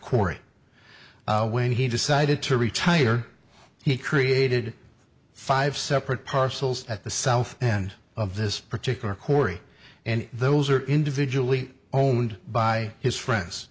quarry when he decided to retire he created five separate parcels at the south end of this particular corey and those are individually owned by his friends